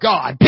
God